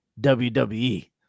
WWE